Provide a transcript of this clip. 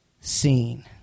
seen